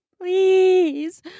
please